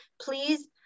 please